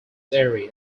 area